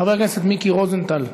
חבר הכנסת מיקי רוזנטל,